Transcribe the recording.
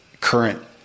current